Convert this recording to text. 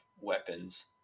weapons